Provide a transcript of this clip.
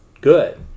good